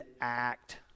act